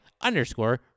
underscore